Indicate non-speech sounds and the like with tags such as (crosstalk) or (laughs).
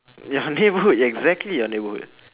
(laughs) ya neighbourhood ya exactly your neighbourhood